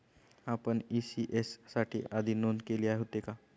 आपण इ.सी.एस साठी आधी नोंद केले होते का?